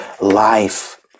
life